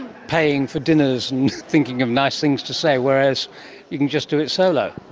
paying for dinners and thinking of nice things to say, whereas you can just do it solo?